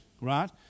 right